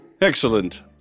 Excellent